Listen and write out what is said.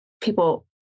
people